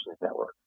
network